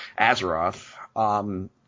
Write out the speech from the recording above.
Azeroth